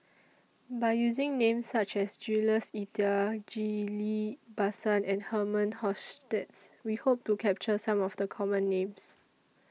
By using Names such as Jules Itier Ghillie BaSan and Herman Hochstadt We Hope to capture Some of The Common Names